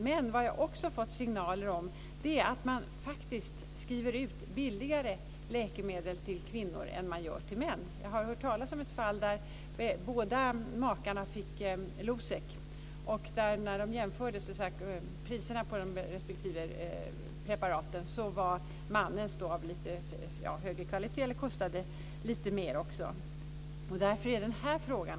Men vad jag också har fått signaler om är att man faktiskt skriver ut billigare mediciner till kvinnor än till män. Jag har hört talas om ett fall där båda makarna fick Losec. När man jämförde priserna på de respektive preparaten var mannens av lite högre kvalitet. Den kostade också lite mer.